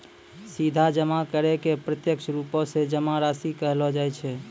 सीधा जमा करै के प्रत्यक्ष रुपो से जमा राशि कहलो जाय छै